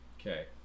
Okay